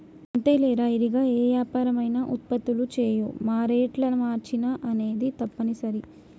అంతేలేరా ఇరిగా ఏ యాపరం అయినా ఉత్పత్తులు చేయు మారేట్ల మార్చిన అనేది తప్పనిసరి